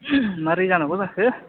मारै जानांगौ जाखो